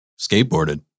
skateboarded